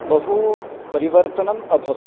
बहुपरिवर्तनम् अभवत्